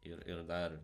ir ir dar